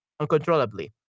Uncontrollably